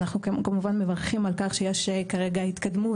אנחנו כמובן מברכים על כך שיש כרגע התקדמות